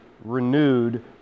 renewed